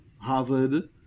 Harvard